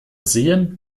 sehen